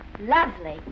Lovely